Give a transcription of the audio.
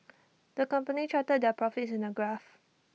the company charted their profits in A graph